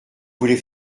voulez